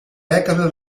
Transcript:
dècada